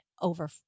over